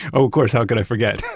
oh, of course, how could i forget?